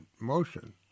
motion